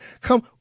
Come